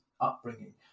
upbringing